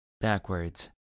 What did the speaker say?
backwards